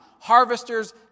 Harvesters